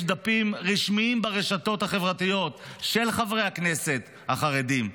יש דפים רשמיים ברשתות החברתיות של חברי הכנסת החרדים,